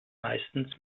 meistens